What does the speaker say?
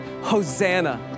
Hosanna